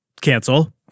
Cancel